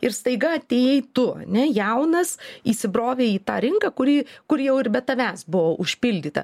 ir staiga atėjai tu ane jaunas įsibrovei į tą rinką kuri kur jau ir be tavęs buvo užpildyta